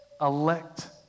Elect